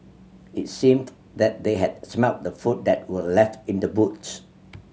it seemed that they had smelt the food that were left in the boot